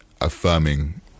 affirming